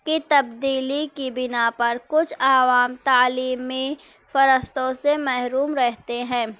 کی تبدیلی کی بنا پر کچھ عوام تعلیمی فرستوں سے محروم رہتے ہیں